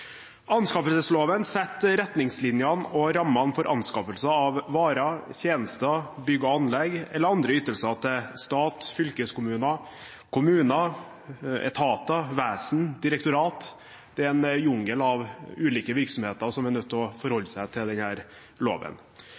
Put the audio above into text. Anskaffelsesloven setter retningslinjene og rammene for anskaffelse av varer, tjenester, bygg og anlegg eller andre ytelser til stat, fylkeskommuner, kommuner, etater, vesen og direktorat. Det er en jungel av ulike virksomheter som er nødt til å forholde seg til denne loven.